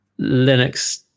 linux